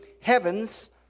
heavens